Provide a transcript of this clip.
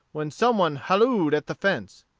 when some one halloed at the fence.